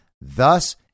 thus